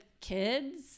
kids